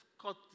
cut